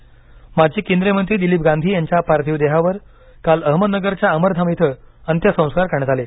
गांधी अंत्यसंस्कार माजी केंद्रीय मंत्री दिलीप गांधी यांच्या पार्थिव देहावर काल अहमदनगरच्या अमरधाम इथं अंत्यसंकार करण्यात आले